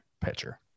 pitcher